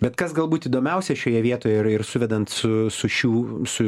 bet kas galbūt įdomiausia šioje vietoje yra ir suvedant su su šių su